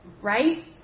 Right